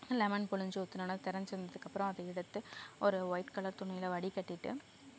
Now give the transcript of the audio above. lemon புழிஞ்சு ஊற்றினோன திரஞ்சி வந்ததுக்கு அப்புறம் அதை எடுத்து ஒரு ஒய்ட் கலர் துணியில் வடிகட்டிவிட்டு